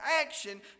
action